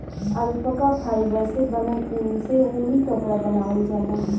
alpaca fibre से बनल ऊन से ऊनी कपड़ा बनावल जाला